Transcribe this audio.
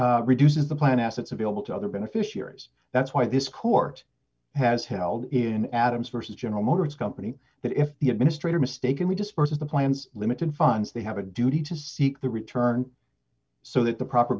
beneficiary reduces the plan assets available to other beneficiaries that's why this court has held in adams vs general motors company that if the administrator mistakenly disperses the plans limited funds they have a duty to seek the return so that the proper